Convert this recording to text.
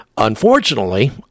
Unfortunately